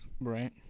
Right